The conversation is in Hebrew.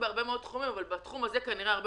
בהרבה מאוד תחומים אבל בתחום הזה אפילו יותר